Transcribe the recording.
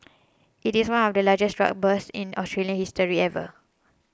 it is one of the largest drug busts in Australian history ever